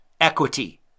equity